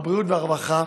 הבריאות והרווחה,